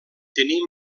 tenir